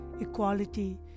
equality